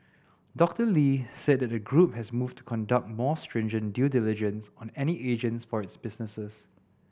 Doctor Lee said that the group has moved to conduct more stringent due diligence on any agents for its businesses